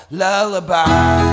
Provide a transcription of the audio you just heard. lullaby